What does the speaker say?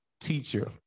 teacher